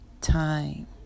time